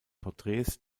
porträts